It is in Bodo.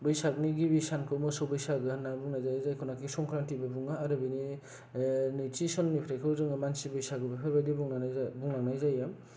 बैसागनि गिबि सानखौ मोसौ बैसागु होननानै बुंनाय जायो जायखौ नोखि संक्रान्टिबो बुङो आरो बेयो नैथि साननिफ्रायथ' जोङो मनसि बैसागु बुंनाय जायो बेफोरबादि बुंलांनाय जायो